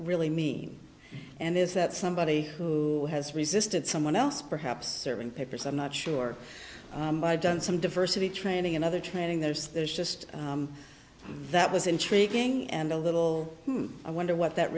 really mean and is that somebody who has resisted someone else perhaps serving papers i'm not sure i've done some diversity training in other training there's there's just that was intriguing and a little i wonder what that